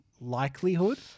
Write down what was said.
likelihood